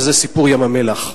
וזה סיפור ים-המלח.